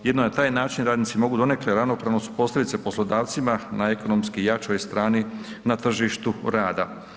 Jedino na taj način radnici mogu donekle ravnopravno postaviti se poslodavcima na ekonomski jačoj strani na tržištu rada.